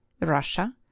Russia